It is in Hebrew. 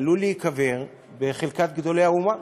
עלול להיקבר בחלקת גדולי האומה.